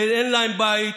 שאין להם בית,